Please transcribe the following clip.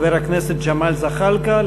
חבר הכנסת ג'מאל זחאלקה.